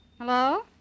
Hello